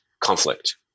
conflict